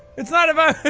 it's not about